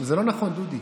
זה לא נכון, דודי.